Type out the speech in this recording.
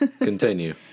continue